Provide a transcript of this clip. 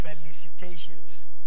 felicitations